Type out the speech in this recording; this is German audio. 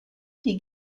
die